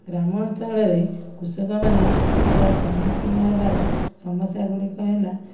ଗ୍ରାମ ଅଞ୍ଚଳରେ କୃଷକ ମାନେର ସମ୍ମୁଖୀନ ହେବାର ସମସ୍ୟା ଗୁଡ଼ିକ ହେଲା